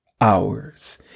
hours